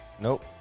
Nope